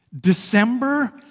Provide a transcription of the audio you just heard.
December